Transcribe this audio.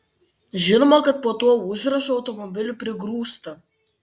žinoma kad po tuo užrašu automobilių prigrūsta